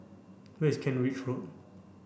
where is Kent Ridge Road